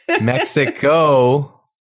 Mexico